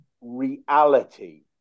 reality